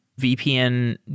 VPN